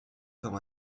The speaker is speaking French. quand